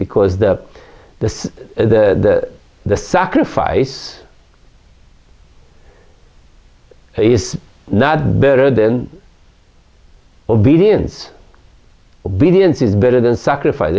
because the the the sacrifice is not better than obedience obedience is better than sacrifice